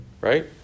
Right